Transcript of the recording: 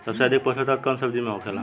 सबसे अधिक पोषण कवन सब्जी में होखेला?